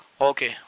Okay